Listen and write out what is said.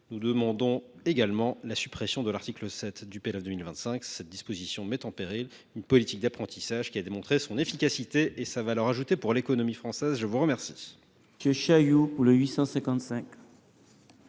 nous demandons également la suppression de l’article 7 du PLFSS 2025. Cette disposition met en péril une politique d’apprentissage qui a démontré son efficacité et sa valeur ajoutée pour l’économie française. La parole